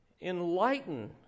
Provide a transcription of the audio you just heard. enlighten